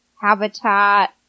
habitat